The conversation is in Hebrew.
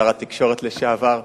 שר התקשורת לשעבר: